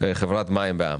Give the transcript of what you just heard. המים בע"מ.